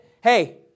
hey